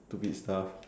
stupid stuff